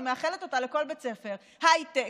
אני מאחלת אותה לכל בית ספר: הייטק